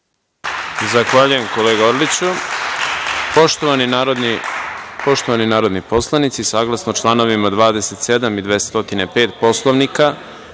Zahvaljujem, kolega Orliću. Poštovani narodni poslanici, saglasno čl. 27. i 205. Poslovnika,